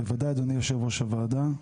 בוודאי אדוני יושב ראש הוועדה,